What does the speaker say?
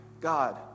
God